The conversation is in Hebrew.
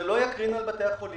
זה לא יקרין על בתי החולים.